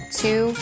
two